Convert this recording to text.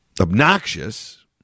obnoxious